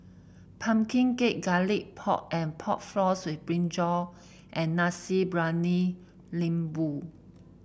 pumpkin cake Garlic Pork and Pork Floss with brinjal and Nasi Briyani Lembu